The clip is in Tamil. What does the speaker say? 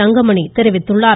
தங்கமணி தெரிவித்துள்ளார்